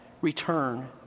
return